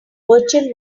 virtual